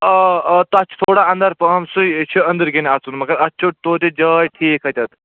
آ آ تَتھ چھِ تھوڑا اَنٛدر پَہم سُے چھِ أنٛدٕرۍ کِنٮ۪تھ اَژُن مگر اَتھ چھُو توتہِ جاے ٹھیٖک اَتٮ۪تھ